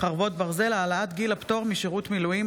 חרבות ברזל) (העלאת גיל הפטור משירות מילואים),